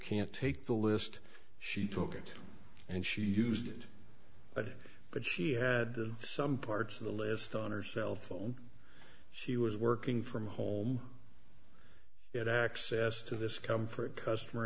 can't take the list she took it and she used it but she had some parts of the list on her cell phone she was working from home that access to this comfort customer